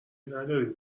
نداریم